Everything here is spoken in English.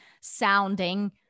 sounding